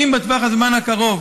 אם בטווח הזמן הקרוב